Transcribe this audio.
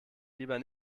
lieber